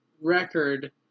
record